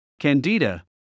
candida